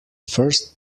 first